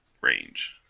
range